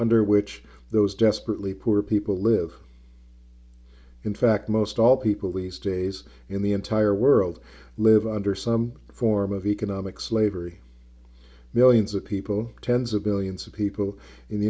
under which those desperately poor people live in fact most all people leastways in the entire world live under some form of economic slavery millions of people tens of millions of people in the